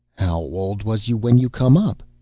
how old was you when you come up?